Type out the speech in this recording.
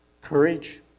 courage